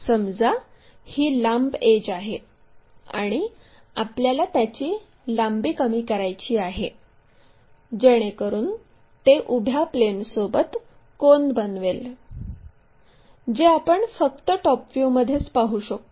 समजा ही लांब एड्ज आहे आणि आपल्याला त्याची लांबी कमी करायची आहे जेणेकरून ते उभ्या प्लेनसोबत कोन बनवेल जे आपण फक्त टॉप व्ह्यूमध्येच पाहू शकतो